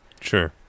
sure